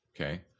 Okay